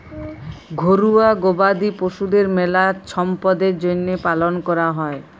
ঘরুয়া গবাদি পশুদের মেলা ছম্পদের জ্যনহে পালন ক্যরা হয়